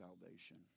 salvation